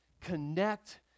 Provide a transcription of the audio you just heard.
connect